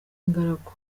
ingaragu